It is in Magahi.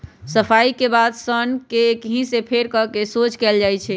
सफाई के बाद सन्न के ककहि से फेर कऽ सोझ कएल जाइ छइ